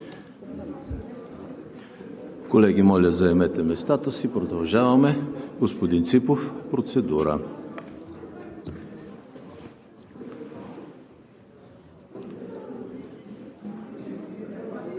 Колеги, моля, заемете местата си, продължаваме. Господин Ципов, процедура.